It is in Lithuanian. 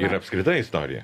ir apskritai istoriją